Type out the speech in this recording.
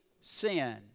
sin